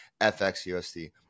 FXUSD